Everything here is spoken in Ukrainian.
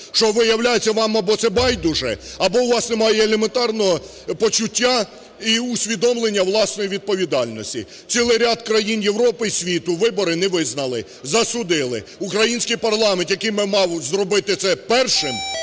що, виявляється, вам або це байдуже, або у вас немає елементарного почуття і усвідомлення власної відповідальності. Цілий ряд країн Європи і світу вибори не визнали, засудили. Український парламент, який би мав зробити це першим,